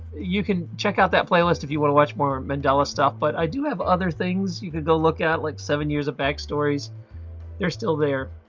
you can check out that playlist if you but watch more mandela stuff but i do have other things you can look at like seven years of back stories they're still there.